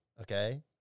okay